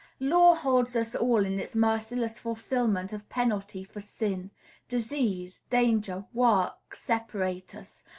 law holds us all in its merciless fulfilment of penalty for sin disease, danger, work separate us,